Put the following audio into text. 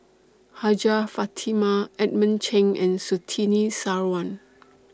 Hajjah Fatimah Edmund Cheng and Surtini Sarwan